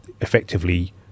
effectively